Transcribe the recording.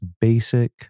basic